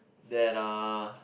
that uh